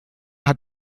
hat